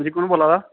हां जी कु'न बोला दा